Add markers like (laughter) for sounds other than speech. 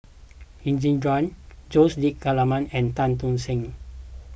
(unintelligible) Jose D'Almeida and Tan Tock San